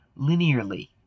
linearly